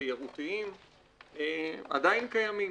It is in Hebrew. התיירותיים עדיין קיימים.